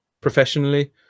professionally